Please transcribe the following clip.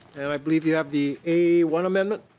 and i believe you have the a one amendment.